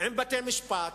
עם בתי-משפט.